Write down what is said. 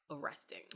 arresting